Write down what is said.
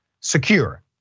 secure